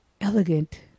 elegant